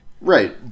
Right